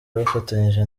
bafatanyije